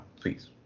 Please